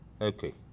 Okay